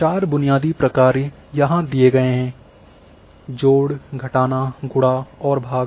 चार बुनियादी प्रकार्य यहां दिए गए हैं जोड़ घटाना गुणा और भाग